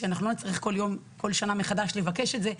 שאנחנו לא נצטרך כל שנה מחדש לבקש את זה,